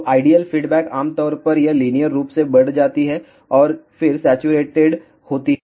तो ideal feedback आम तौर पर यह लीनियर रूप से बढ़ जाती है और फिर सैचुरेटेड होती है